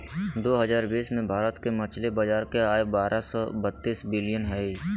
दो हजार बीस में भारत के मछली बाजार के आय बारह सो बतीस बिलियन हइ